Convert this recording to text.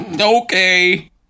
Okay